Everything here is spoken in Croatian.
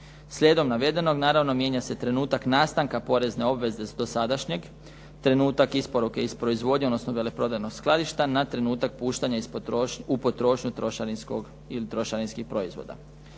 Slijedom navedenog naravno mijenja se trenutak nastanka porezne obveze dosadašnjeg, trenutak isporuke iz proizvodnje odnosno veleprodajnog skladišta na trenutak puštanja u potrošnju trošarinskih proizvoda.